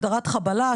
הגדרת חבלה,